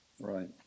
Right